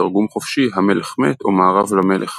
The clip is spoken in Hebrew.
בתרגום חופשי "המלך מת" או "מארב למלך".